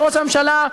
שראש הממשלה,